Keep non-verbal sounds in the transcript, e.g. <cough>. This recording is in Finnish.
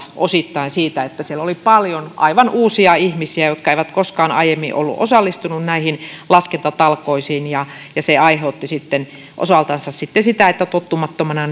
osittain siitä että siellä oli paljon aivan uusia ihmisiä jotka eivät koskaan aiemmin olleet osallistuneet näihin laskentatalkoisiin ja ja se aiheutti sitten osaltansa sitä että tottumattomana <unintelligible>